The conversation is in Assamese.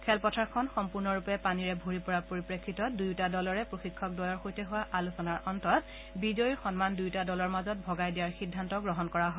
খেলপথাৰখন সম্পূৰ্ণৰূপে পানীৰে ভৰি পৰাৰ পৰিপ্ৰেক্ষিতত দুয়োটা দলৰে প্ৰশিক্ষকদ্বয়ৰ সৈতে হোৱা আলোচনাৰ অন্তত বিজয়ীৰ সন্মান দুয়োটা দলৰ মাজত ভগাই দিয়াৰ সিদ্ধান্ত লোৱা হয়